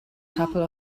couple